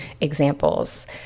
examples